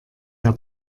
der